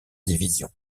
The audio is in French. division